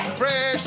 fresh